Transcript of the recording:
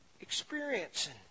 experiencing